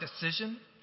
decision